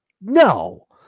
No